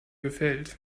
gefällt